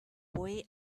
boy